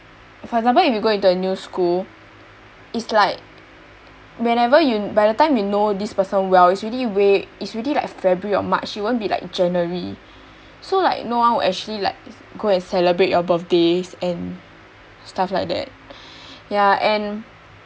for example if you go into a new school is like whenever you when by the time you know this person well it's already way it's already february or march it won't be like january so like no one will actually like go and celebrate your birthdays and stuff like that ya and